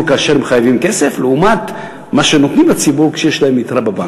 כאשר הם חייבים כסף לעומת מה שנותנים לציבור כשיש להם יתרה בבנק.